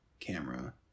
camera